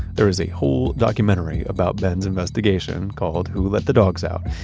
there is a whole documentary about ben's investigation called who let the dogs out,